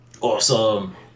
awesome